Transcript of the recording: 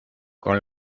con